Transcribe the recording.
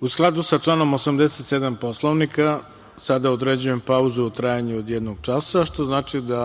u skladu sa članom 87. Poslovnika, određujem pauzu u trajanju od jednog časa, što znači da